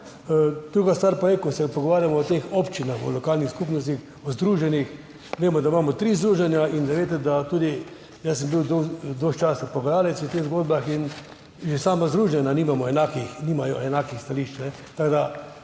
Druga stvar pa je, ko se pogovarjamo o teh občinah, o lokalnih skupnostih, o združenjih, vemo, da imamo tri združenja. In veste, jaz sem bil dosti časa pogajalec v teh zgodbah, že sama združenja nimajo enakih stališč,